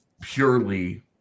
purely